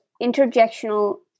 interjectional